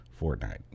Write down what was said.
fortnite